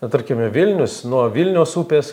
na tarkim vilnius nuo vilnios upės